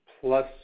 plus